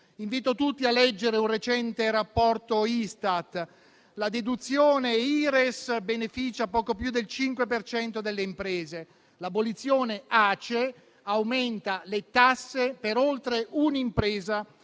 Invito tutti a leggere un recente rapporto Istat: la deduzione Ires beneficia poco più del 5 per cento delle imprese. L'abolizione ACE aumenta le tasse per oltre un'impresa